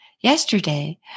yesterday